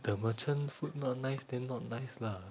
the merchant food not nice then not nice lah